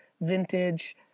vintage